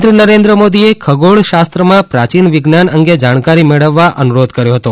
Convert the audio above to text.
પ્રધાનમંત્રી નરેન્દ્ર મોદીએ ખગોળશાસ્ત્રમાં પ્રાચીન વિજ્ઞાન અંગે જાણકારી મેળવવા અનુરોધ કર્યો હતો